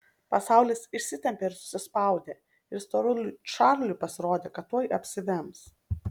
pasaulis išsitempė ir susispaudė ir storuliui čarliui pasirodė kad tuoj apsivems